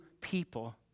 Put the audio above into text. people